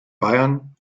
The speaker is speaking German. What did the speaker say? bayern